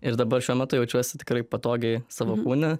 ir dabar šiuo metu jaučiuosi tikrai patogiai savo kūne